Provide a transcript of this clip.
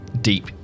deep